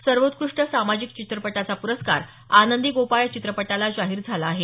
सर्वोत्कृष्ट सामाजिक चित्रपटाचा प्रस्कार आनंदी गोपाळ या चित्रपटाला जाहीर झाला आहे